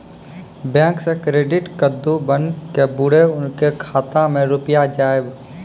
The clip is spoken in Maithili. बैंक से क्रेडिट कद्दू बन के बुरे उनके खाता मे रुपिया जाएब?